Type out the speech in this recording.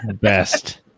Best